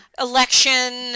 Election